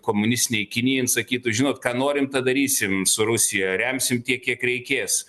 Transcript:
komunistinei kinija jin sakytųžinot ką norim tą darysim su rusija remsim tiek kiek reikės